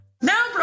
Now